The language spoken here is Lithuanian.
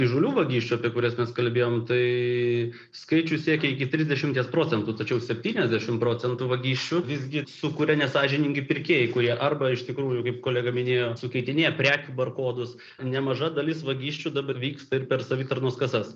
įžūlių vagysčių apie kurias mes kalbėjom tai skaičius siekia iki trisdešimties procentų tačiau septyniasdešim procentų vagysčių visgi sukuria nesąžiningi pirkėjai kurie arba iš tikrųjų kaip kolega minėjo sukeitinėja prekių barkodus nemaža dalis vagysčių dabar vyksta ir per savitarnos kasas